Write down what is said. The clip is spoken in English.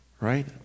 right